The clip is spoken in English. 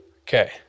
Okay